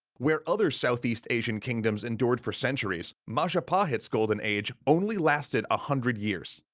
where other southeast asian kingdoms endured for centuries, majapahit's golden age. only lasted a hundred years,